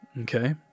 Okay